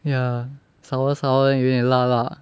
ya sour sour 有点辣辣